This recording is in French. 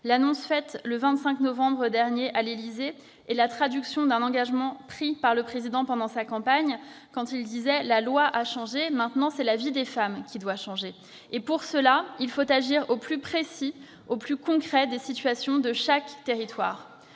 L'annonce faite le 25 novembre dernier à l'Élysée est la traduction d'un engagement pris par le Président durant sa campagne, lorsqu'il déclarait :« La loi a changé ; maintenant c'est la vie des femmes qui doit changer ». Pour ce faire, il faut agir au plus précis, au plus concret des situations de chaque territoire.